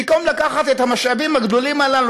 במקום לקחת את המשאבים הגדולים הללו